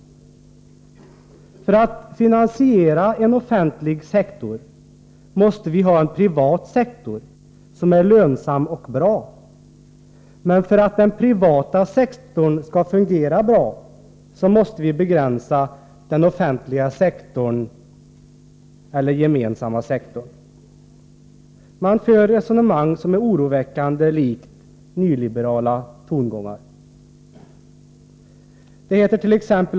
För att finansiera en offentlig sektor måste vi ha en privat sektor som är lönsam och bra, men för att den privata sektorn skall fungera bra måste vi begränsa den offentliga eller gemensamma sektorn. Regeringen för ett resonemang som är oroväckande likt nyliberala tongångar.